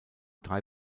drei